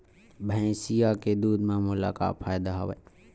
भैंसिया के दूध म मोला का फ़ायदा हवय?